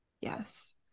Yes